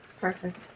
perfect